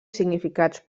significats